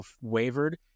wavered